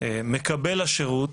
מקבל השירות